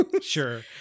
Sure